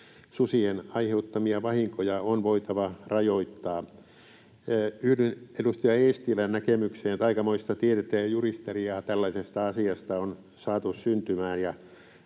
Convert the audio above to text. Susien aiheuttamia vahinkoja on voitava rajoittaa. Yhdyn edustaja Eestilän näkemykseen, että aikamoista tiedettä ja juristeriaa tällaisesta asiasta on saatu syntymään.